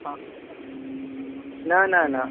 हा न न न